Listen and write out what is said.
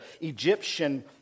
Egyptian